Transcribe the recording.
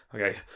Okay